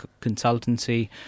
consultancy